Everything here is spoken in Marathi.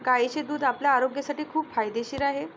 गायीचे दूध आपल्या आरोग्यासाठी खूप फायदेशीर आहे